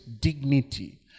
dignity